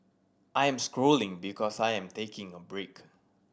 I am scrolling because I am taking a break